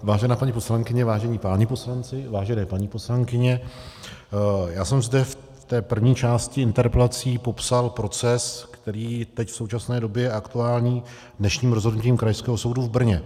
Vážená paní poslankyně, vážení páni poslanci, vážené paní poslankyně, já jsem zde v té první části interpelací popsal proces, který je teď v současné době aktuální dnešním rozhodnutím Krajského soudu v Brně.